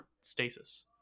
stasis